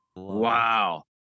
wow